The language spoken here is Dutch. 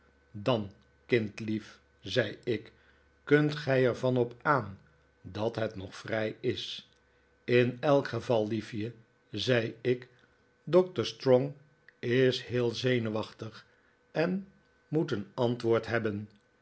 dan kindlief zei ik kunt gij er van op aan dat het nog vrij is in elk geval liefje zei de oude generaal ik doctor strong is heel zenuwachtig en moet een antwoord hebben